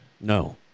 No